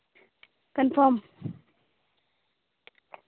confirm